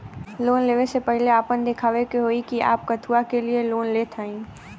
Loan ले वे से पहिले आपन दिखावे के होई कि आप कथुआ के लिए लोन लेत हईन?